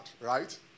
right